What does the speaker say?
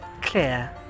Clear